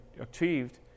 achieved